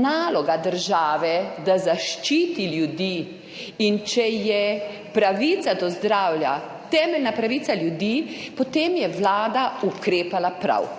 naloga države, da zaščiti ljudi, in če je pravica do zdravja temeljna pravica ljudi, potem je Vlada ukrepala prav.